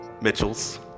mitchell's